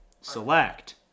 Select